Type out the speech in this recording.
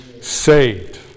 saved